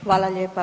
Hvala lijepa.